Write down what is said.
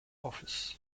office